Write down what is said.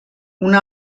una